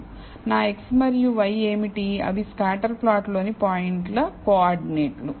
నా x మరియు y ఏమిటి అవి స్కాటర్ ప్లాట్లోని పాయింట్ల కోఆర్డినేట్లు